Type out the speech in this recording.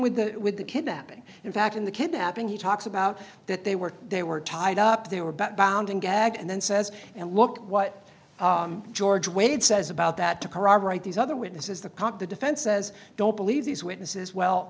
with the with the kidnapping in fact in the kidnapping he talks about that they were they were tied up they were bound and gagged and then says and look what george weighed says about that to corroborate these other witnesses the cop the defense says don't believe these witnesses well